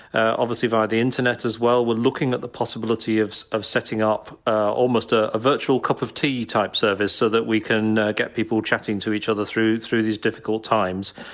obviously via the internet as well, we're looking at the possibility of of setting up almost a virtual cup of tea type service, so that we can get people chatting to each other through through these difficult times.